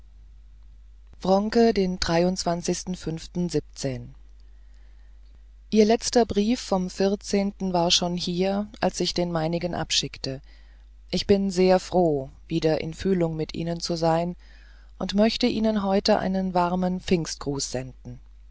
wronke den ihr letzter brief vom war schon hier als ich den meinigen abschickte ich bin sehr froh wieder in fühlung mit ihnen zu sein und möchte ihnen heute einen warmen pfingstgruß senden